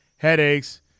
headaches